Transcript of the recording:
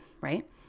Right